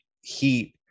heat